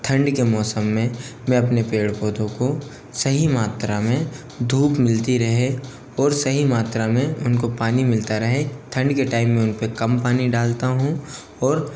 ढंड के मौसम में मैं अपने पेड़ पौधों को सही मात्रा में धूप मिलती रहे और सही मात्रा में उनको पानी मिलता रहे ठंड के टाइम में उन पर काम पानी डालता हूँ और